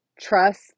trust